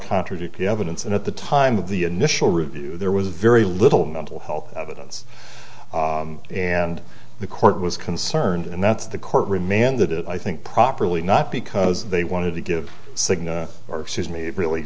contradictory evidence and at the time of the initial review there was very little mental health evidence and the court was concerned and that's the court remanded it i think properly not because they wanted to give cigna or excuse me it really